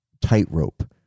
tightrope